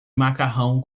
macarrão